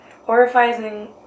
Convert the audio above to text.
horrifying